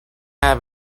have